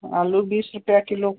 आलू बीस रुपया किलो